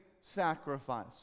sacrifice